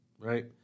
right